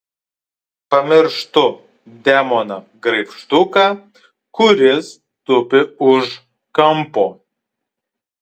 pamirštu demoną graibštuką kuris tupi už kampo